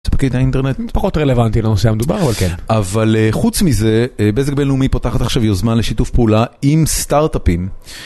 תפקיד האינטרנט פחות רלוונטי לנושא המדובר אבל כן אבל חוץ מזה בזק בינלאומי פותחת עכשיו יוזמה לשיתוף פעולה עם סטארטאפים